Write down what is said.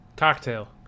Cocktail